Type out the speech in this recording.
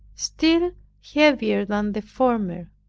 still heavier than the former.